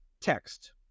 text